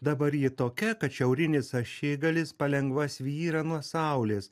dabar ji tokia kad šiaurinis ašigalis palengva svyra nuo saulės